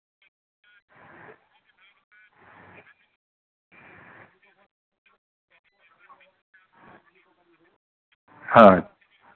ᱦᱮᱸ